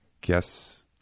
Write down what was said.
guess